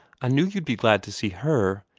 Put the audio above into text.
i knew you'd be glad to see her,